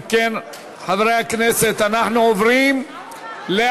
אם כן, חברי הכנסת, אנחנו עוברים להצבעה.